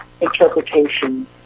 interpretation